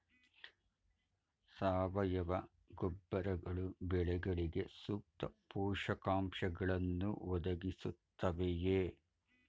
ಸಾವಯವ ಗೊಬ್ಬರಗಳು ಬೆಳೆಗಳಿಗೆ ಸೂಕ್ತ ಪೋಷಕಾಂಶಗಳನ್ನು ಒದಗಿಸುತ್ತವೆಯೇ?